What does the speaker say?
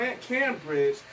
Cambridge